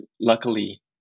Luckily